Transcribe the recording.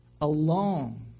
alone